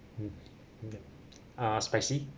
mm yup ah spicy